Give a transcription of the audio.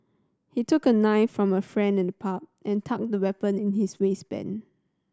he took a knife from a friend in the pub and tucked the weapon in his waistband